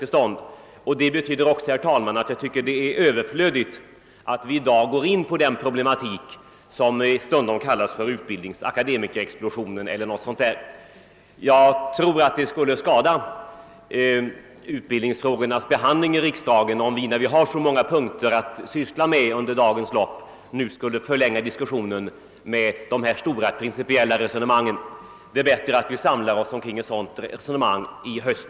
Detta betyder emellertid också, herr talman, att det är överflödigt att i dag gå in på den problematik som stundom kallas akademikerexplosionen. Det skulle kunna skada utbildningsfrågornas behandling i riksdagen om vi, när vi har så många punkter att ta ställning till under dagens lopp, nu skulle förlänga diskussionen med stora principiella resonemang; det är bättre att vi samlar oss kring sådana någon gång i höst.